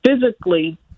physically